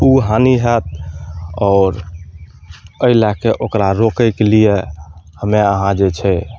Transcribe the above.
हानि होएत आओर एहिलए कऽ ओकरा रोकैके लिये हमे अहाँ जे छै